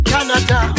Canada